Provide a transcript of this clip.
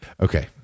Okay